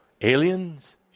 aliens